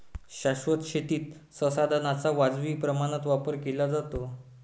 शाश्वत शेतीत संसाधनांचा वाजवी प्रमाणात वापर केला जातो